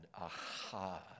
Aha